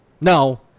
No